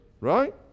right